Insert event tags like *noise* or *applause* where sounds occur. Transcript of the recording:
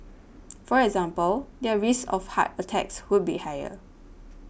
*noise* for example their risk of heart attacks would be higher